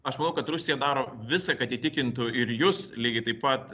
aš manau kad rusija daro visa kad įtikintų ir jus lygiai taip pat